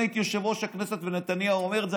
אם הייתי יושב-ראש הכנסת ונתניהו היה אומר את זה,